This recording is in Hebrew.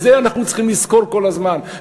את זה אנחנו צריכים לזכור כל הזמן.